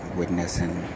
witnessing